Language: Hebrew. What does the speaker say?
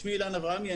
שמי אילן אברהמי,